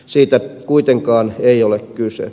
siitä kuitenkaan ei ole kyse